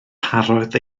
parodd